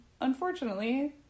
unfortunately